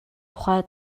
тухай